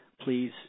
please